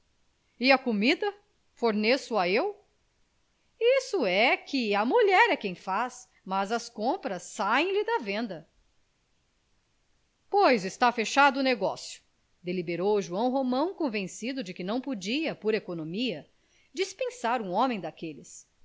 e a comida forneço a eu isso é que a mulher é quem a faz mas as compras saem lhe da venda pois está fechado o negócio deliberou joão romão convencido de que não podia por economia dispensar um homem daqueles